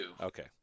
okay